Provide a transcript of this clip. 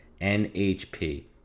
NHP